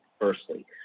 firstly